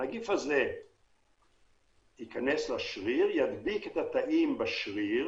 הנגיף הזה ייכנס לשריר, ידביק את התאים בשריר